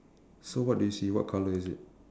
so what do you see what colour is it